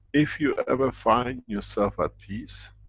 if you ever find yourself at peace,